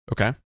Okay